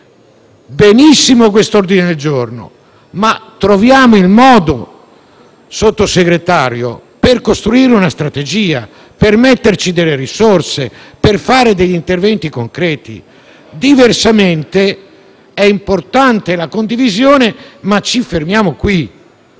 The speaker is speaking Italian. benissimo questo ordine del giorno unitario, ma troviamo un modo, signor Sottosegretario, per costruire una strategia, per metterci delle risorse, per fare degli interventi concreti. Diversamente, è sì importante la condivisione ma ci fermiamo qui.